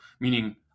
meaning